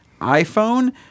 iPhone